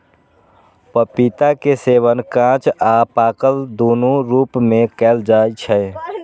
पपीता के सेवन कांच आ पाकल, दुनू रूप मे कैल जाइ छै